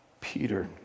Peter